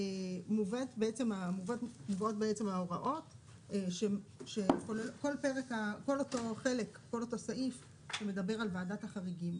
את ההוראות של כל אותו סעיף שמדבר על ועדת החריגים,